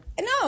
No